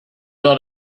not